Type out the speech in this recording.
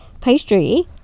pastry